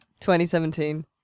2017